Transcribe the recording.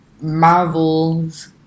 Marvel's